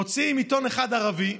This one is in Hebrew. מוציאים עיתון אחד ערבי,